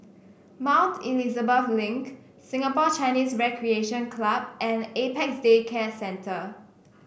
Mount Elizabeth Link Singapore Chinese Recreation Club and Apex Day Care Centre